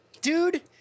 dude